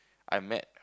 I met